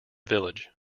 village